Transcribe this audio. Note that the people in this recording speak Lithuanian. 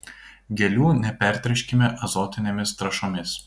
gėlių nepertręškime azotinėmis trąšomis